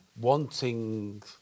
wanting